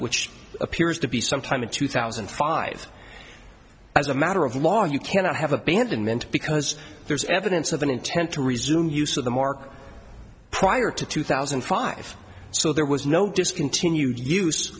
which appears to be sometime in two thousand and five as a matter of law you cannot have abandonment because there's evidence of an intent to resume use of the mark prior to two thousand and five so there was no discontinued use